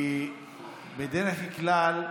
כי בדרך כלל,